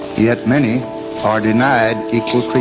yet many are denied equal